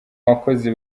bakozi